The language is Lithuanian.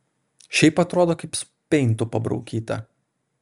šiaip atrodo kaip su peintu pabraukyta